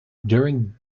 during